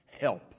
help